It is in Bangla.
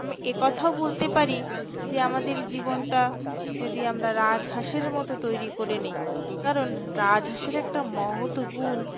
আমি একথাও বলতে পারি যে আমাদের জীবনটা যদি আমরা রাজহাঁশের মতো তৈরি করে নিই কারণ রাজহাঁশের একটা মহৎ গুণ